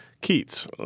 Keats